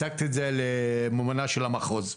הצגתי את זה לממונה של המחוז.